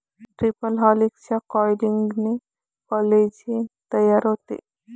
triple हेलिक्सच्या कॉइलिंगने collagen तयार होते